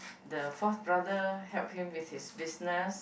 the fourth brother help him with his business